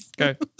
Okay